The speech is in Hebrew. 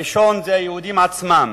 הראשון, היהודים עצמם,